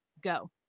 Go